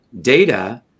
data